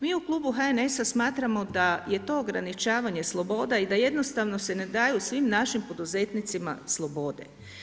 Mi u Klubu HNS-a smatramo da je to ograničavanje sloboda i da jednostavno se ne daju svim našim poduzetnicima slobode.